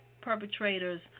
perpetrators